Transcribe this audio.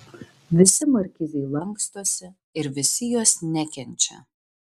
visi markizei lankstosi ir visi jos nekenčia